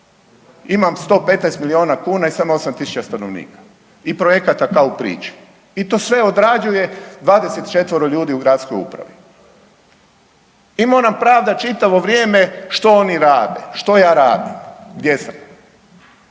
Imam 115 milijuna kuna i samo 8 tisuća stanovnika i projekata kao u priči i to sve odrađuje 24 ljudi u gradskoj upravi. I moram pravdati čitavo vrijeme što oni rade. Što ja radim, gdje sam.